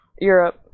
Europe